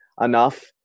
enough